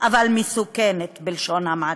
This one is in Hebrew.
אבל מסוכנת, בלשון המעטה.